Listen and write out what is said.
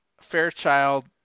Fairchild